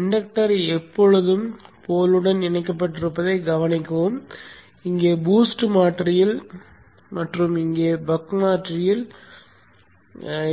inductor எப்பொழுதும் போலுடன் இணைக்கப்பட்டிருப்பதைக் கவனிக்கவும் இங்கே பூஸ்ட் மாற்றியில் மற்றும் இங்கே பக் மாற்றியில்